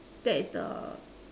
that is the